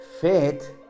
Faith